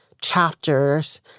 chapters